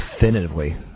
definitively